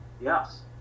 Yes